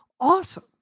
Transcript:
awesome